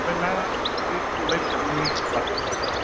आमफ्राय ना थुरिखौलाय बेसेबांनि हगारदों बाजैयालाय